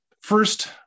first